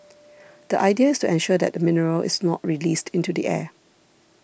the idea is to ensure that the mineral is not released into the air